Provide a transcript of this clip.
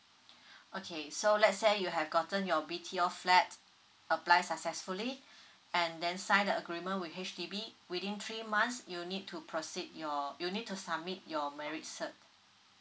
okay so let's say you have gotten your B_T_O flat apply successfully and then sign the agreement with H_D_B within three months you need to proceed your you need to submit your marriage cert